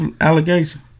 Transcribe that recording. Allegation